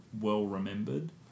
well-remembered